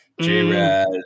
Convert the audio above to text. J-Raz